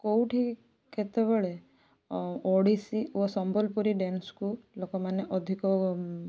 କେଉଁଠି କେତେବେଳେ ଓଡ଼ିଶୀ ଓ ସମ୍ୱଲପୁରୀ ଡ୍ୟାନ୍ସକୁ ଲୋକମାନେ ଅଧିକ